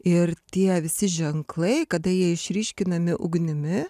ir tie visi ženklai kada jie išryškinami ugnimi